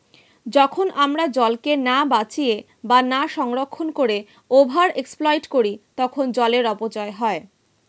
যখন আমরা জলকে না বাঁচিয়ে বা না সংরক্ষণ করে ওভার এক্সপ্লইট করি তখন জলের অপচয় হয়